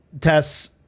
Tess